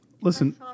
Listen